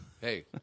Hey